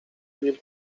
bill